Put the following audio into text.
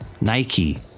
Nike